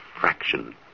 fraction